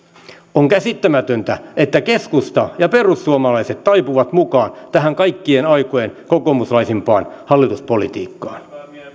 on käsittämätöntä että keskusta ja perussuomalaiset taipuvat mukaan tähän kaikkien aikojen kokoomuslaisimpaan hallituspolitiikkaan